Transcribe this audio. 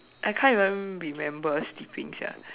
I can't even remember sleeping sia